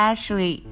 Ashley